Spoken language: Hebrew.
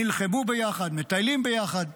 נלחמו ביחד, מטיילים ביחד.